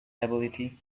ability